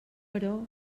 però